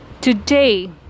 today